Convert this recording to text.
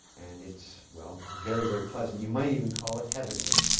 and it's well very very pleasant. you might even call it heavenly.